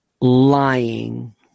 lying